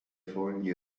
fogli